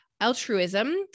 altruism